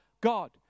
God